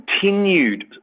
continued